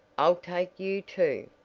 i'll take you, too.